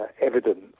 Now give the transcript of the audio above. evidence